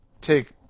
take